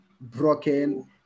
broken